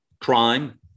crime